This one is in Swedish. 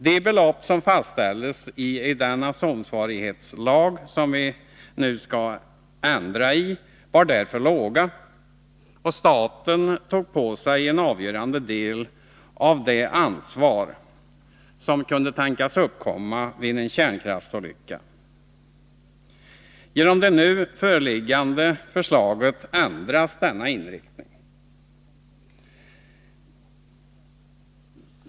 De belopp som fastställdes i den atomansvarighetslag som vi nu skall ändra i var därför låga, och staten tog på sig en avgörande del av det ansvar som kunde tänkas uppkomma vid en kärnkraftsolycka. Genom det nu föreliggande förslaget ändras denna inriktning.